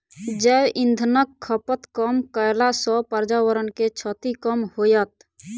जैव इंधनक खपत कम कयला सॅ पर्यावरण के क्षति कम होयत